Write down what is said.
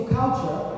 culture